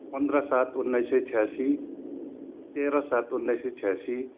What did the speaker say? पन्ध्र सात उन्नाइस सय छ्यासी तेह्र सात उन्नाइस सय छ्यासी